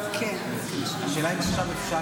אדוני היושב ראש,